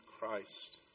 Christ